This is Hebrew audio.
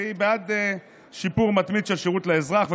והיא בעד שיפור מתמיד של השירות לאזרח,